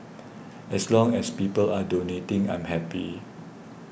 as long as people are donating I'm happy